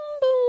boom